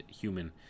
human